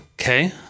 Okay